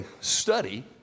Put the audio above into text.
study